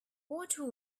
what